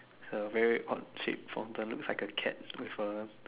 uh very odd shape from the looks like a cat with a